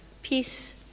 peace